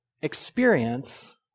experience